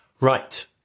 Right